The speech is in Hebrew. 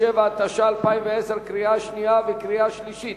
27), התש"ע 2010, קריאה שנייה וקריאה שלישית.